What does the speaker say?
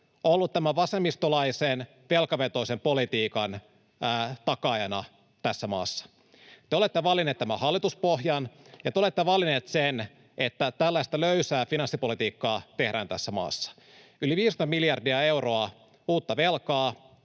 ollut tämän vasemmistolaisen, velkavetoisen politiikan takaajana tässä maassa. Te olette valinneet tämän hallituspohjan, ja te olette valinneet sen, että tällaista löysää finanssipolitiikkaa tehdään tässä maassa. Yli 50 miljardia euroa uutta velkaa,